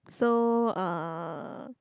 so uh